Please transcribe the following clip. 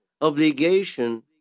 obligation